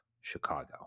Chicago